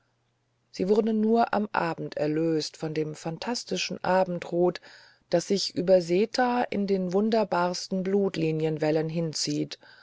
sie wurde nur am abend erlöst von dem fantastischen abendrot das sich über seta in den wunderbarsten blutlinienwellen hinzieht